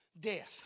death